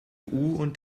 und